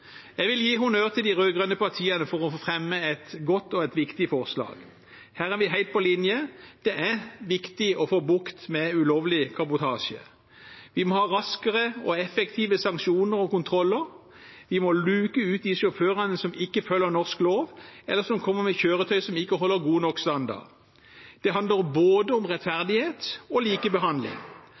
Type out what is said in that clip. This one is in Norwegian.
Jeg vil gi honnør til de rød-grønne partiene for å fremme et godt og viktig forslag. Her er vi helt på linje. Det er viktig å få bukt med ulovlig kabotasje. Vi må ha raskere og effektive sanksjoner og kontroller, vi må luke ut de sjåførene som ikke følger norsk lov, eller som kommer med kjøretøy som ikke holder god nok standard. Det handler om både rettferdighet og likebehandling,